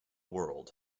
world